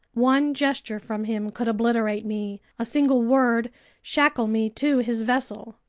one gesture from him could obliterate me, a single word shackle me to his vessel!